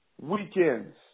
weekends